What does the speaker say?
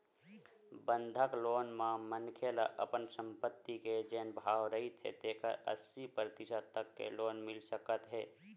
बंधक लोन म मनखे ल अपन संपत्ति के जेन भाव रहिथे तेखर अस्सी परतिसत तक के लोन मिल सकत हे